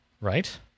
right